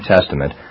Testament